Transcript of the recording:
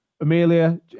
Amelia